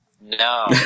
No